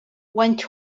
went